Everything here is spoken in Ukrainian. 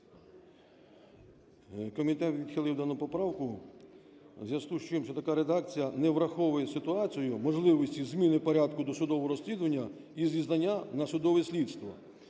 Комітет відхилив дану поправку в зв'язку із тим, що така редакція не враховує ситуацію можливості зміни порядку досудового розслідування і зізнання на судове слідство.